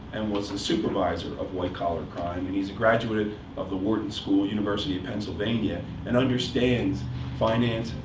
and was the supervisor of, white collar crime. and he's a graduate of the wharton school, university of pennsylvania, and understands finance,